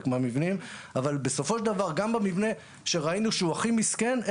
מהמבנים וגם במבנה שראינו שהוא הכי מסכן,